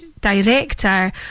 director